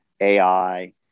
AI